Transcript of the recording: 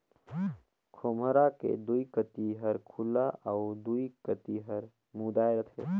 खोम्हरा के दुई कती हर खुल्ला अउ दुई कती हर मुदाए रहथे